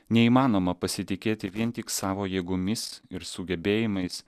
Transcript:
neįmanoma pasitikėti vien tik savo jėgomis ir sugebėjimais